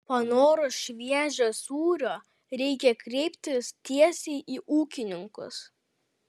panorus šviežio sūrio reikia kreiptis tiesiai į ūkininkus